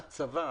ההצבה,